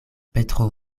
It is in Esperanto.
petro